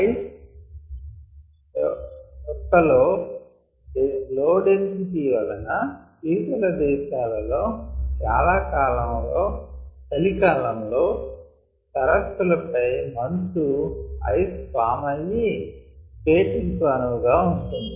ice యొక్క లో density వలన శీతల దేశాలలో చలి కాలంలో సరస్సు ల పై మంచు ఐస్ ఫేమ్ అయ్యి స్కెటింగ్ కు అనువుగా ఉంటుంది